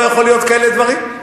לא יכול להיות כאלה דברים,